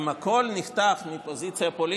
אם הכול נחקק מפוזיציה פוליטית,